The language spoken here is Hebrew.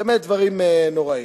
באמת דברים נוראיים.